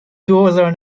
دوزار